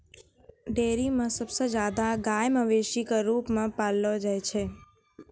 dairy म सबसे जादा गाय मवेशी क रूप म पाललो जाय छै